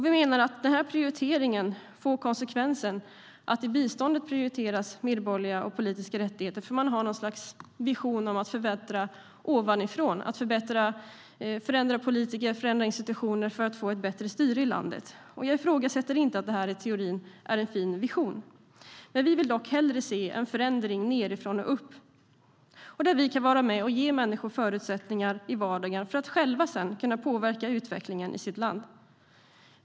Vi menar att denna prioritering får konsekvensen att man i biståndet prioriterar medborgerliga och politiska rättigheter. Man har nämligen något slags vision om att förbättra ovanifrån - att förändra politiker och institutioner för att få ett bättre styre i landet. Jag ifrågasätter inte att detta i teorin är en fin vision. Vi vill dock hellre se en förändring nedifrån och upp, där vi kan vara med och ge människor förutsättningar i vardagen för att de sedan själva ska kunna påverka utvecklingen i sitt land.